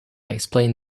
explained